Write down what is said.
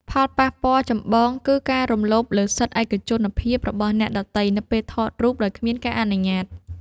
ផលប៉ះពាល់ចម្បងគឺការរំលោភលើសិទ្ធិឯកជនភាពរបស់អ្នកដទៃនៅពេលថតរូបដោយគ្មានការអនុញ្ញាត។